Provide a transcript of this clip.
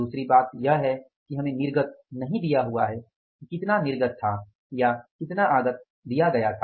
दूसरी बात यह है कि हमें निर्गत नहीं दिया हुआ है कि कितना निर्गत था या कितना आगत दिया गया था